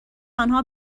آنها